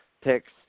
picks